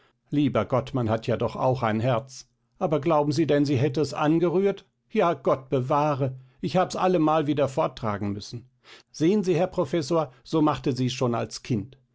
lieber gott man hat ja doch auch ein herz aber glauben sie denn sie hätte es angerührt ja gott bewahre ich hab's allemal wieder forttragen müssen sehen sie herr professor so machte sie's schon als kind